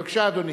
בבקשה, אדוני.